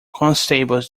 constables